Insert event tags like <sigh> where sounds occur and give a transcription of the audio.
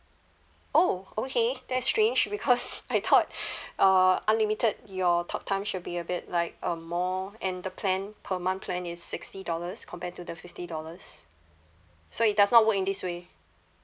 oh okay that's strange because <laughs> I thought <breath> uh unlimited your talk time should be a bit like a more and the plan per month plan is sixty dollars compared to the fifty dollars so it does not work in this way